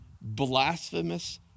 blasphemous